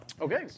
Okay